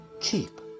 keep